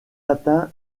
atteint